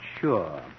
sure